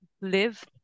live